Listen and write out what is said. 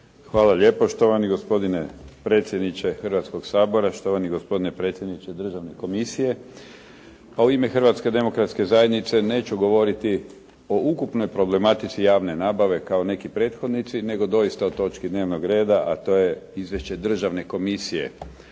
Hvala lijepo štovani gospodine predsjedniče Hrvatskog sabora, štovani gospodine predsjedniče državne komisije. U ime Hrvatske demokratske zajednice neću govoriti o ukupnoj problematici javne nabave kao neki prethodnici, nego doista o točki dnevnog reda, a to je Izvješće državne komisije